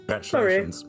Sorry